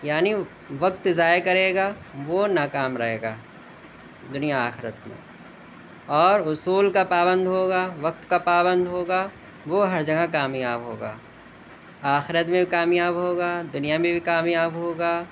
یعنی وقت ضائع کرے گا وہ ناکام رہے گا دنیا و آخرت میں اور اصول کا پابند ہوگا وقت کا پابند ہوگا وہ ہر جگہ کامیاب ہوگا آخرت میں بھی کامیاب ہوگا دنیا میں بھی کامیاب ہوگا